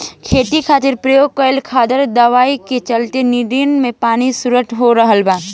खेती खातिर प्रयोग कईल खादर दवाई के चलते नदियन के पानी दुसित हो रहल बा